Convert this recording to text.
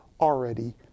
already